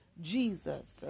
Jesus